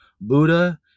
Buddha